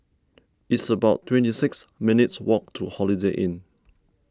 it's about twenty six minutes' walk to Holiday Inn